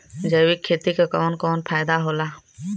जैविक खेती क कवन कवन फायदा होला?